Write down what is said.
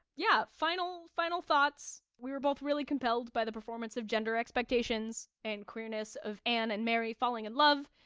yeah, final, final thoughts. we were both really compelled by the performance of gender expectations and queerness of anne and mary falling in love,